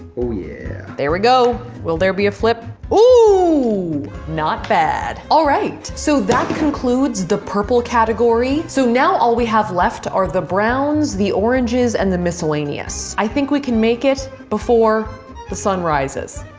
yeah there we go. will there be a flip? oooooo not bad. all right, so that concludes the purple category. so now all we have left are the browns, the oranges, and the miscellaneous. i think we can make it before the sun rises.